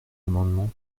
amendement